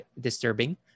disturbing